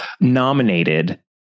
nominated